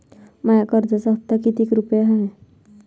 माया कर्जाचा हप्ता कितीक रुपये हाय?